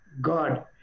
God